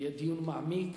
יהיה דיון מעמיק,